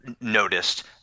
noticed